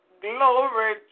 Glory